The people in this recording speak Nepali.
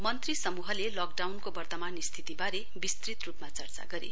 मन्त्री समूहले लकडाउनको वर्तमान स्थितिबारे विस्तृत रूपमा चर्चा गरे